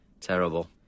terrible